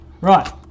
Right